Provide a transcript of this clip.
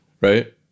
Right